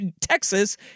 Texas